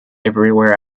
everywhere